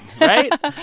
right